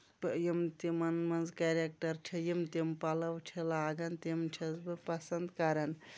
یِم تِمن منٛز کریٚکٹر چھِ یِم تِم پَلو چھِ لاگان تِم چھَس بہٕ پسنٛد کَران